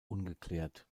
ungeklärt